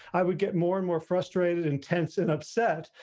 i would get more and more frustrated and tense and upset.